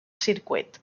circuit